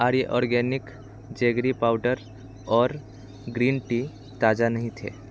आर्य organic jaggery powder और Tetley green tea ताज़ा नहीं थे